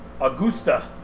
Augusta